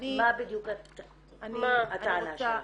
מה בדיוק הטענה שלך.